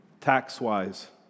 tax-wise